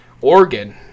Oregon